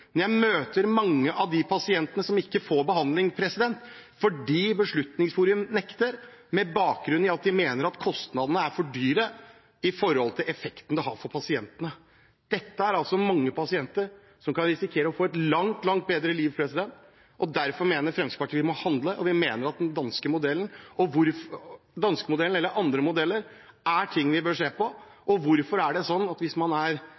jeg møter mange av pasienter som ikke får behandling fordi Beslutningsforum nekter – med bakgrunn i at de mener at kostnadene er for høye i forhold til effekten det har for pasientene. Dette er altså mange pasienter som kan få et langt, langt bedre liv. Derfor mener Fremskrittspartiet at vi må handle, og vi mener at den danske modellen eller andre modeller er noe vi bør se på. Hvorfor er det sånn at hvis man